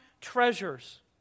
treasures